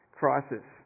crisis